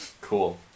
Cool